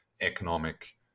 economic